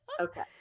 Okay